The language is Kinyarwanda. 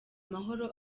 amahoro